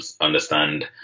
understand